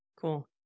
Cool